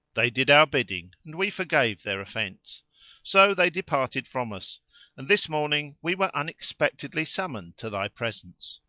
they did our bidding and we forgave their offence so they departed from us and this morning we were unexpectedly summoned to thy presence.